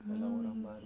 mm